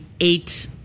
eight